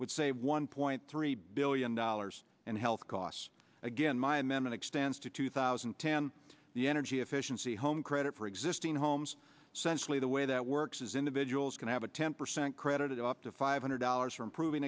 would save one point three billion dollars and health costs again my men and extends to two thousand and ten the energy efficiency home credit for existing homes centrally the way that works is individuals can have a ten percent credit up to five hundred dollars for improving